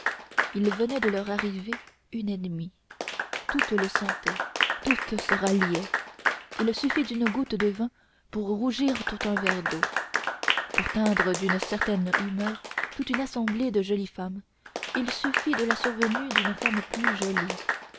il venait de leur arriver une ennemie toutes le sentaient toutes se ralliaient il suffit d'une goutte de vin pour rougir tout un verre d'eau pour teindre d'une certaine humeur toute une assemblée de jolies femmes il suffit de la survenue d'une femme plus jolie